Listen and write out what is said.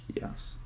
Yes